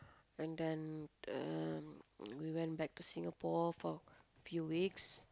and then um we went back to Singapore for a few weeks